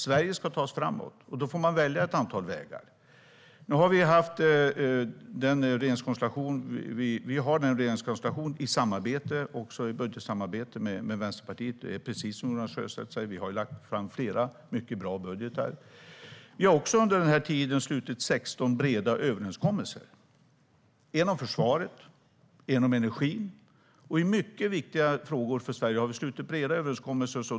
Sverige ska tas framåt. Då får man välja ett antal vägar. Nu har vi en regeringskonstellation, och vi har ett budgetsamarbete med Vänsterpartiet. Det är precis som Jonas Sjöstedt säger. Vi har lagt fram flera mycket bra budgetar. Vi har också under den här tiden slutit 16 breda överenskommelser - en om försvaret och en om energin. I mycket viktiga frågor för Sverige har vi slutit breda överenskommelser.